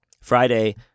Friday